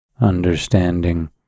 understanding